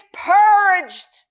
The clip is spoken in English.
purged